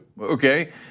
okay